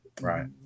Right